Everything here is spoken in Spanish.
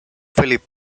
philip